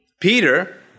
Peter